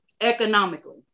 economically